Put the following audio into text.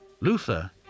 Luther